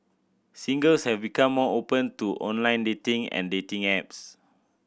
singles have become more open to online dating and dating apps